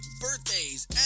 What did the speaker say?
birthdays